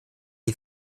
die